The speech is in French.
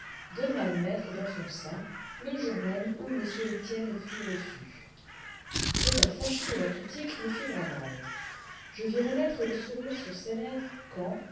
de m'admettre dans son sein le jour même où m etienne fut reçu cet air fâché de la critique me fit grand mal je vis renaître le sourire sur ses lèvres quand